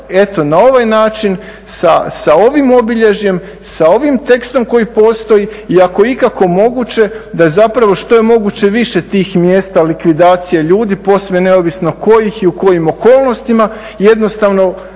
eto na ovaj način sa ovim obilježjem, sa ovim tekstom koji postoji i ako je ikako moguće da je što je moguće više mjesta likvidacije ljudi posve neovisno kojih i u kojim okolnostima jednostavno